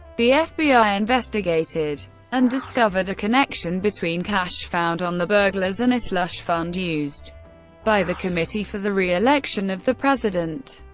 the fbi investigated and discovered a connection between cash found on the burglars and a slush fund used by the committee for the re-election of the president,